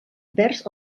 vers